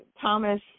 Thomas